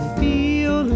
feel